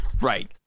Right